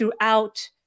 throughout